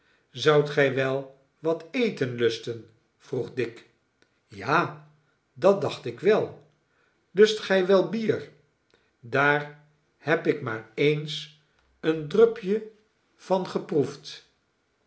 zoudt gy wel wat eten lusten vroeg dick ja dat dacht ik wel lust gij wel bier daar heb ik maar eens een drupje van geproefd